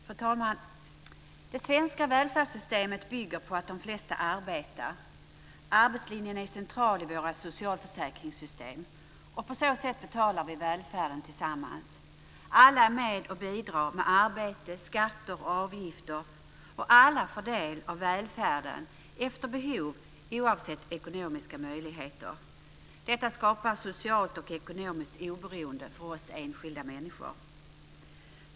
Fru talman! Det svenska välfärdssystemet bygger på att de flesta arbetar. Arbetslinjen är central i våra socialförsäkringssystem. På så sätt betalar vi välfärden tillsammans. Alla är med och bidrar med arbete, skatter och avgifter, och alla får del av välfärden efter behov, oavsett ekonomiska möjligheter. Detta skapar socialt och ekonomiskt oberoende för oss enskilda människor.